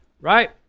Right